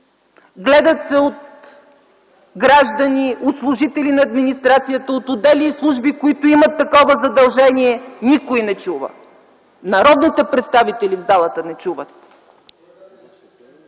гледат се от граждани, от служители на администрацията, от отдели и служби, които имат такова задължение! - Никой не чува! Народните представители в залата не чуват!